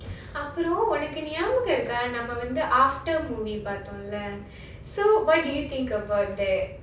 அப்புறம் உனக்கு ஞாபகம் இருக்க:aapuram unakku nyabagam irukka ah நாம வந்து:namma vandhu after movie பாத்தோம்ல:paathomla so what do you think about that